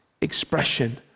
expression